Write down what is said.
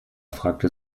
fragte